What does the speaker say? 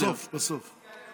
בסוף, בסוף.